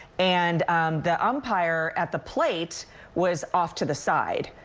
and the umpire at the plate was off to the side.